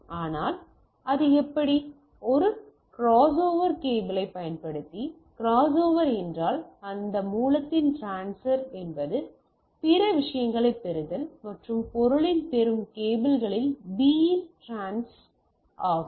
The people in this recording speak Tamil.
ஆனால் அது எப்படி ஒரு கிராஸ்ஓவர் கேபிளைப் பயன்படுத்தி கிராஸ்ஓவர் என்றால் இந்த மூலத்தின் டிரான்ஸ் என்பது பிற விஷயங்களைப் பெறுதல் மற்றும் பொருளின் பெறும் கேபிளில் பி இன் டிரான்ஸ் ஆகும்